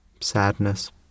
Sadness